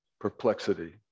perplexity